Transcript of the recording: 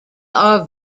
are